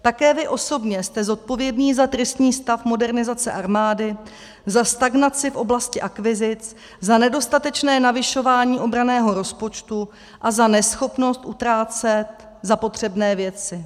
Také vy osobně jste zodpovědný za tristní stav modernizace armády, za stagnaci v oblasti akvizic, za nedostatečné navyšování obranného rozpočtu a za neschopnost utrácet za potřebné věci.